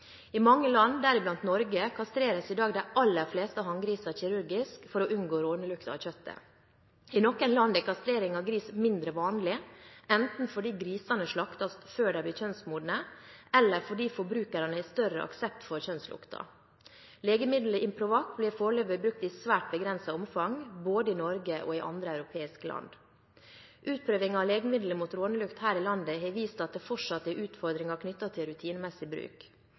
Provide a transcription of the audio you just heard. I mange land, deriblant Norge, kastreres i dag de aller fleste hanngriser kirurgisk for å unngå rånelukt av kjøttet. I noen land er kastrering av gris mindre vanlig, enten fordi grisene slaktes før de blir kjønnsmodne, eller fordi forbrukerne har større aksept for kjønnslukten. Legemiddelet Improvac blir foreløpig brukt i svært begrenset omfang, både i Norge og i andre europeiske land. Utprøving av legemiddelet mot rånelukt her i landet har vist at det fortsatt er utfordringer knyttet til rutinemessig bruk.